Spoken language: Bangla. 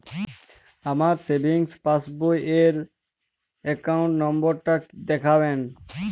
আমার সেভিংস পাসবই র অ্যাকাউন্ট নাম্বার টা দেখাবেন?